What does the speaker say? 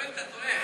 יואל, אתה טועה.